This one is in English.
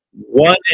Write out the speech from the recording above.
one